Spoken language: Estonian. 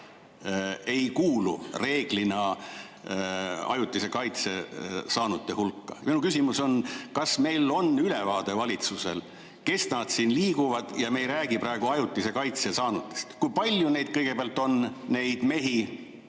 ei kuulu reeglina ajutise kaitse saanute hulka. Minu küsimus on: kas on ülevaade valitsusel, kes need siin liiguvad? Me ei räägi praegu ajutise kaitse saanutest. Kui palju neid kõigepealt on, neid mehi,